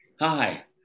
hi